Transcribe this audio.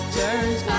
turns